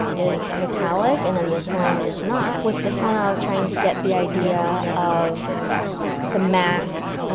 is metallic, and then this one is not. with this one, i was trying to get the idea of the mask,